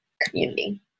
community